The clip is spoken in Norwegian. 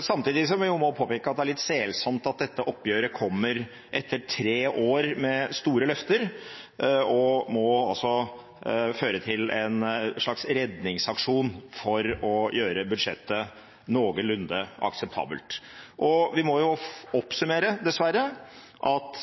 samtidig som vi jo må påpeke at det er litt selsomt at dette oppgjøret kommer etter tre år med store løfter – og måtte altså føre til en slags redningsaksjon for å gjøre budsjettet noenlunde akseptabelt. Vi må dessverre oppsummere med at